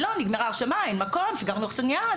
לא, נגמרה ההרשמה, אין מקום, סידרנו אכסניה.